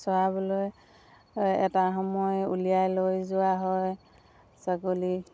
চৰাবলৈ এটা সময় উলিয়াই লৈ যোৱা হয় ছাগলীক